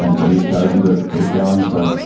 and but he's chosen to keep going, so,